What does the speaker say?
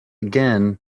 again